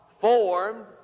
formed